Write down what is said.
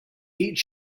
each